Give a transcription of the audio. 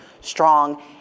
strong